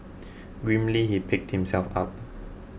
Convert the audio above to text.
grimly he picked himself up